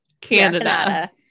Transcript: Canada